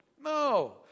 No